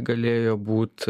galėjo būt